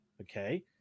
Okay